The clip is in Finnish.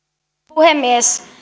puhemies